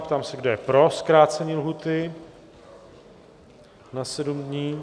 Ptám se, kdo je pro zkrácení lhůty na sedm dní?